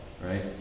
right